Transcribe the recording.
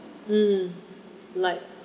hmm like